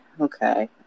Okay